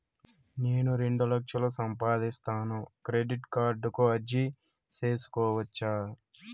నేను రెండు లక్షలు సంపాదిస్తాను, క్రెడిట్ కార్డుకు అర్జీ సేసుకోవచ్చా?